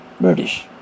British